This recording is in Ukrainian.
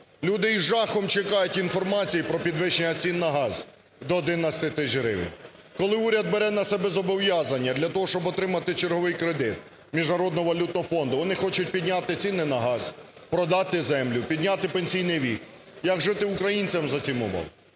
Люди з жахом чекають інформацію про підвищення цін на газ до 11 тисяч гривень. Коли уряд бере на себе зобов'язання для того, щоб отримати черговий кредит Міжнародного валютного фонду, вони хочуть підняти ціни на газ, продати землю, підняти пенсійний вік. Як жити українцям за цих умов?